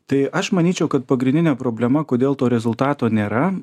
tai aš manyčiau kad pagrindinė problema kodėl to rezultato nėra